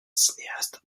cinéaste